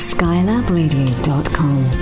SkylabRadio.com